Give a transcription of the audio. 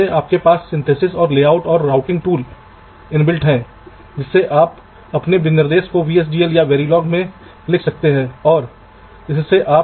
इसलिए सभी IO pad वे रिंग से जुड़े हैं IO पैड VDD या ग्राउंड कनेक्शन को फीड करेंगे वे सभी रिंग से जुड़े होते हैं फिर एक जाली बनाते हैं